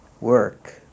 work